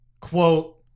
quote